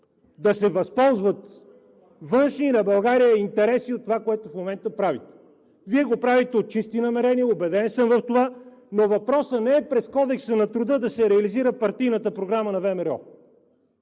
да се възползват външни на България интереси от това, което в момента правите. Вие го правите от чисти намерения, убеден съм в това, но въпросът не е през Кодекса на труда да се реализира партийната програма на ВМРО